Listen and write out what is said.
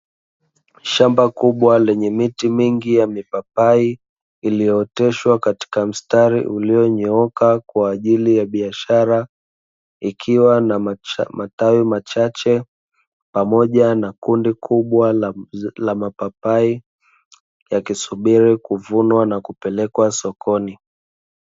Shamba kubwa lenye miti mingi ya mipapai iliyooteshwa katika mstari Ulionyooka kwa ajili ya biashara, ikiwa na matawi machache pamoja na kundi kubwa la mapapai yakisubiri kuvunwa na kupelekwa sokoni.